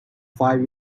five